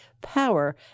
power